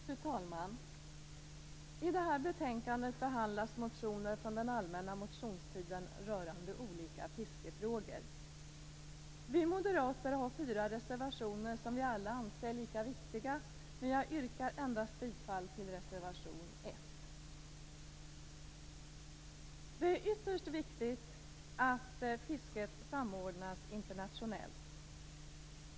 Fru talman! I det här betänkandet behandlas motioner från den allmänna motionstiden rörande olika fiskefrågor. Vi moderater har fyra reservationer som vi alla anser lika viktiga, men jag yrkar bifall endast till reservation 1. Det är ytterst viktigt att fisket samordnas internationellt.